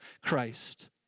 Christ